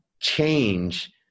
change